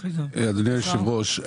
אדוני יושב הראש,